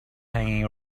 hanging